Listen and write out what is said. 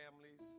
families